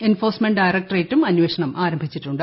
enforcement ഡയറക്ട്രേറ്റും അന്വേഷണം ആരംഭിച്ചിട്ടുണ്ട്